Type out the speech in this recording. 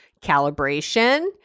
calibration